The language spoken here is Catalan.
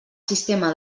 sistema